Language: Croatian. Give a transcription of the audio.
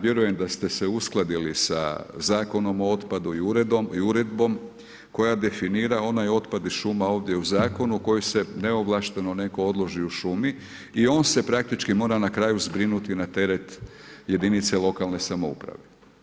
Vjerujem da ste se uskladili sa Zakonom o otpadu i uredbom koja definira onaj otpad iz šuma ovdje u zakonu koji se neovlašteno netko odloži u šumi i on se praktički mora na kraju zbrinuti na teret jedinice lokalne samouprave.